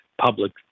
public